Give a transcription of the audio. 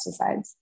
pesticides